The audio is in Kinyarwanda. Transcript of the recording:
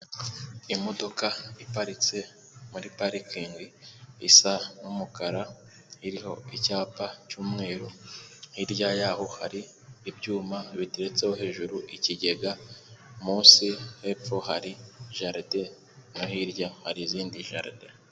Imodoka iparitse muri parikingi isa n'umukara iriho icyapa cy'umweru hirya y'aho hari ibyuma bi bitetseho hejuru ikigega munsi hepfo hari jarde hirya hari izindi jarade.